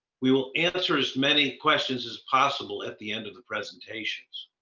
we will answer as many questions as possible at the end of the presentations.